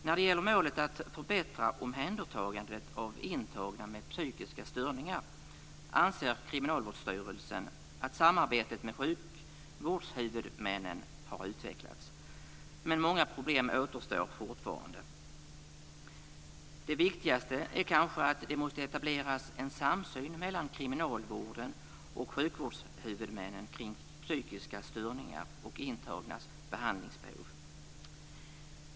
När det gäller målet att förbättra omhändertagandet av intagna med psykiska störningar anser Kriminalvårdsstyrelsen att samarbetet med sjukvårdshuvudmännen har utvecklats men många problem återstår fortfarande. Det viktigaste är kanske att det måste etableras en samsyn mellan kriminalvården och sjukvårdshuvudmännen kring psykiska störningar och de intagnas behandlingsbehov.